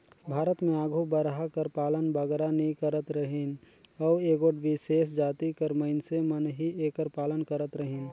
भारत में आघु बरहा कर पालन बगरा नी करत रहिन अउ एगोट बिसेस जाति कर मइनसे मन ही एकर पालन करत रहिन